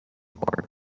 oar